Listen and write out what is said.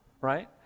Right